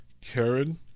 Karen